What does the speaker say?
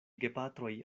gepatroj